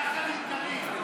יחד עם קריב.